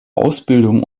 ausbildung